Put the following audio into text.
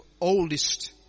oldest